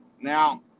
Now